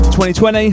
2020